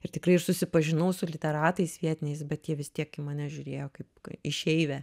ir tikrai aš susipažinau su literatais vietiniais bet jie vis tiek į mane žiūrėjo kaip k išeivę